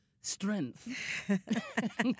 strength